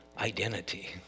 identity